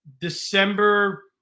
December